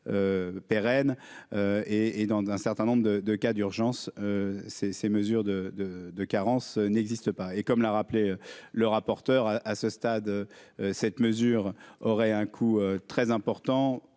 pérenne et et dans un certain nombre de cas d'urgence ces ces mesures de de de carence n'existe pas et comme l'a rappelé le rapporteur, à ce stade, cette mesure aurait un coût très important